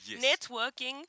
networking